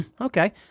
okay